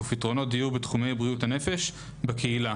ופתרונות דיור בתחומי בריאות הנפש בקהילה.